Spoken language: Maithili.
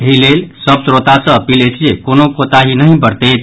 एहिलेल सभ श्रोता सॅ अपील अछि जे कोनो कोताही नहि बरतैथ